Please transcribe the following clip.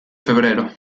febrero